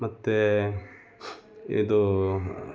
ಮತ್ತು ಇದು